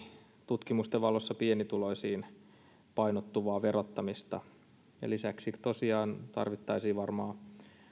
tutkimusten valossa ihan puhtaasti pienituloisiin painottuvaa verottamista lisäksi tosiaan tarvittaisiin varmaan